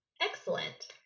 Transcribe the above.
Excellent